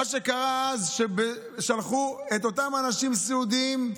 מה שקרה אז זה ששלחו את אותם אנשים סיעודיים,